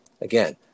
again